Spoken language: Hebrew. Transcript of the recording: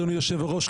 אדוני היושב ראש,